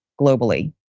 globally